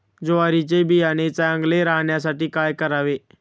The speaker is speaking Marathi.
ज्वारीचे बियाणे चांगले राहण्यासाठी काय करावे?